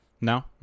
no